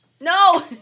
No